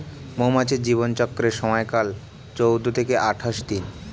মৌমাছির জীবন চক্রের সময়কাল চৌদ্দ থেকে আঠাশ দিন